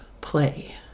play